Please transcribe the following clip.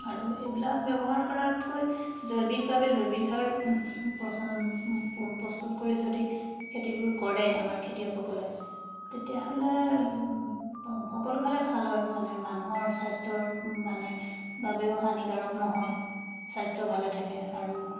আৰু এইবিলাক ব্যৱহাৰ কৰাতকৈ জৈৱিকভাৱে জৈৱিক সাৰ প্ৰস্তুত কৰি যদি খেতিবোৰ কৰে আমাৰ খেতিয়কসকলে তেতিয়াহ'লে সকলো ফালে ভাল হয় মানে মানুহৰ স্বাস্থ্যৰ মানে বাবেও হানিকাৰক নহয় স্বাস্থ্য ভালে থাকে আৰু